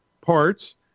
parts